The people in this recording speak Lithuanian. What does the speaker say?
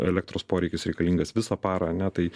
elektros poreikis reikalingas visą parą ane tai